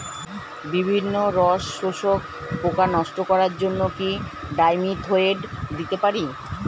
বিভিন্ন রস শোষক পোকা নষ্ট করার জন্য কি ডাইমিথোয়েট দিতে পারি?